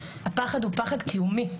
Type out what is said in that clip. הפחד הוא פחד קיומי,